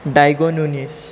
डायगो Nunes